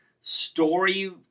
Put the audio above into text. story